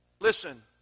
Listen